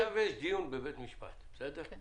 איך